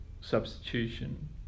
substitution